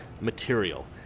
material